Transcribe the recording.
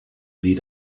sie